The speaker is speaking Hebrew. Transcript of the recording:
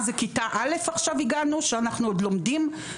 מה, זה כיתה א' עכשיו הגענו שאנחנו עוד לומדים?